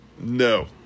no